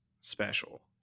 special